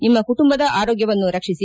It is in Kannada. ನಿಮ್ಮ ಕುಟುಂಬದ ಆರೋಗ್ಯವನ್ನು ರಕ್ಷಿಸಿ